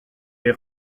les